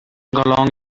along